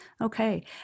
Okay